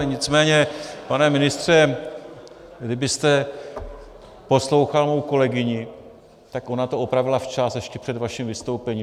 Nicméně, pane ministře, kdybyste poslouchal mou kolegyni, ona to opravila včas ještě před vaším vystoupením.